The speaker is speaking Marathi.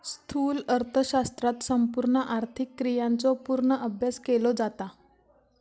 स्थूल अर्थशास्त्रात संपूर्ण आर्थिक क्रियांचो पूर्ण अभ्यास केलो जाता